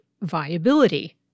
viability